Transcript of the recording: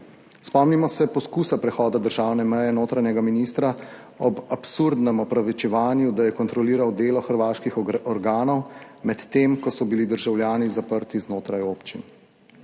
Spomnimo se poskusa prehoda državne meje notranjega ministra ob absurdnem opravičevanju, da je kontroliral delo hrvaških organov, medtem ko so bili državljani zaprti znotraj občin.